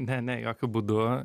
ne ne jokiu būdu